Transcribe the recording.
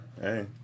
Hey